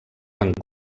van